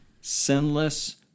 sinless